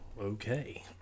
okay